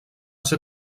ser